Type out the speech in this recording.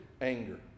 anger